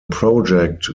project